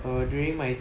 err during my